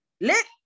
Let